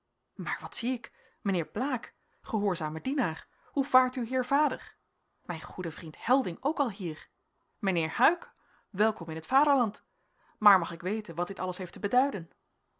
maar wat zie ik mijnheer blaek gehoorzame dienaar hoe vaart uw heer vader mijn goede vriend helding ook al hier mijnheer huyck welkom in t vaderland maar mag ik weten wat dit alles heeft te beduiden